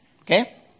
okay